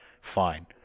fine